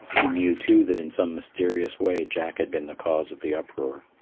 he knew too that in some mysterious way jack had been the cause of the uproar.